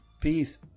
Peace